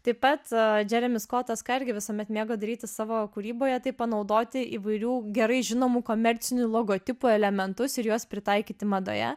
taip pat džeremis skotas ką irgi visuomet mėgo daryti savo kūryboje tai panaudoti įvairių gerai žinomų komercinių logotipų elementus ir juos pritaikyti madoje